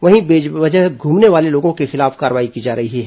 वहीं बेवजह घूमने वाले लोगों के खिलाफ कार्रवाई की जा रही है